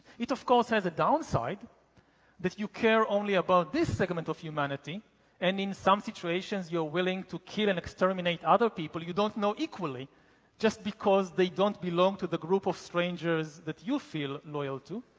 it, of course, has a downside that you care only about this segment of humanity and in some situations, you're willing to kill and exterminate other people you don't know equally just because they don't belong to the group of strangers that you feel loyal to.